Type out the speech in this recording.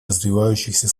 развивающихся